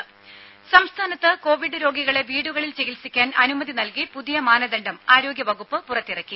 രുമ സംസ്ഥാനത്ത് കൊവിഡ് രോഗികളെ വീടുകളിൽ ചികിത്സിക്കാൻ അനുമതി നൽകി പുതിയ മാനദണ്ഡം ആരോഗ്യവകുപ്പ് പുറത്തിറക്കി